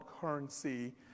Currency